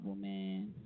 man